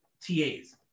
TAs